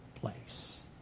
place